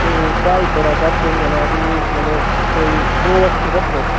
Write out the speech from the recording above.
नेईं ढाई बड़ा घट्ट होई जाना फ्ही मतलब कोई दो अस्सी रक्खो